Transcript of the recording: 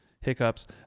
hiccups